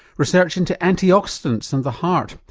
research into antioxidants and the heart,